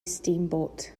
steamboat